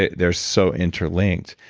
ah they're so interlinked.